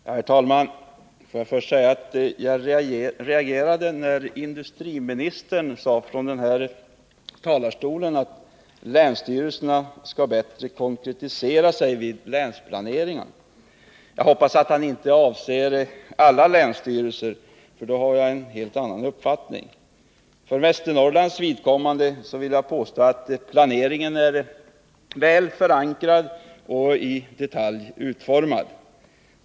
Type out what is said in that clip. Herr talman! Får jag först säga att jag reagerade mot att industriministern från denna talarstol sade att länsstyrelserna skall konkretisera sig bättre vid länsplaneringen. Jag hoppas att han inte avser alla länsstyrelser, för då har jag en helt annan uppfattning. För Västernorrlands vidkommande vill jag påstå att planeringen är väl förankrad och i detalj utformad.